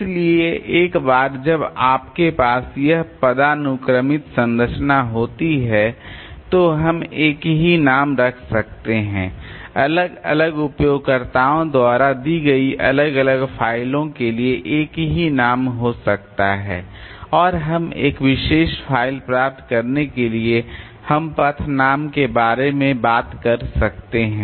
इसलिए एक बार जब आपके पास यह पदानुक्रमित संरचना होती है तो हम एक ही नाम रख सकते हैं अलग अलग उपयोगकर्ताओं द्वारा दी गई अलग अलग फ़ाइलों के लिए एक ही नाम हो सकता है और हम एक विशेष फ़ाइल प्राप्त करने के लिए हम पथ नाम के बारे में बात कर सकते हैं